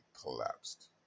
collapsed